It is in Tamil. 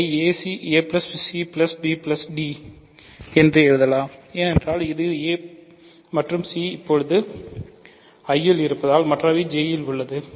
இதை acbd என்று எழுதலாம் ஏனென்றால் இது a மற்றும் c இப்போது I இல் இருப்பதால் மற்றவை J இல் உள்ளது